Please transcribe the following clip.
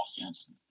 offense